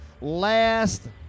last